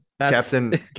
Captain